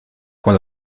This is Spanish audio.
con